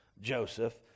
Joseph